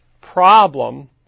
problem